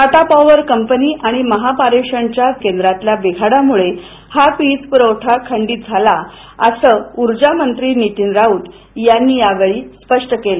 Tata power company आणि महापारेषणच्या केंद्रातल्या बिघाडामुळे हा वीज पुरवठा खंडित झाला असं ऊर्जामंत्री नितीन राऊत यांनी स्पष्ट केलं